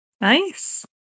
Nice